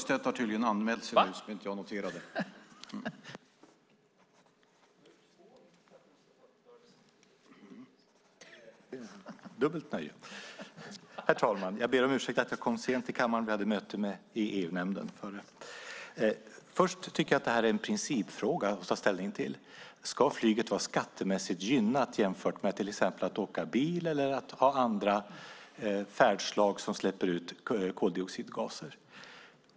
Herr talman! Jag tycker att det här är en principfråga att ta ställning till. Ska flyget vara skattemässigt gynnat jämfört med att till exempel åka bil eller att ha andra färdslag som släpper ut koldioxidgaser?